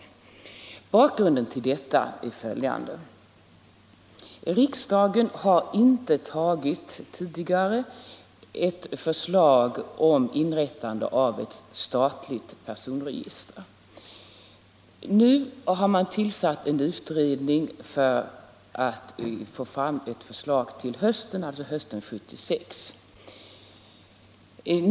Bakgrunden härtill är följande. Riksdagen har tidigare inte antagit ett förslag om inrättande av ett statligt personregister. Nu har man tillsatt en utredning för att få fram ett förslag till instundande höst.